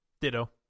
Ditto